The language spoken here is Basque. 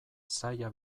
zaila